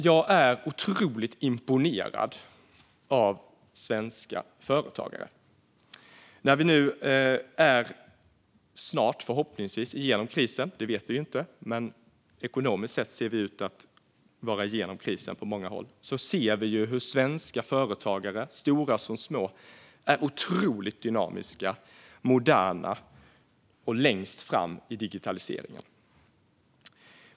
Jag är otroligt imponerad av svenska företagare. När vi nu förhoppningsvis snart är igenom krisen - det vet vi ju inte, men ekonomiskt sett ser vi ut att vara igenom krisen på många håll - ser vi att svenska företagare, stora som små, är otroligt dynamiska och moderna. De står längst fram i digitaliseringen.